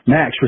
Max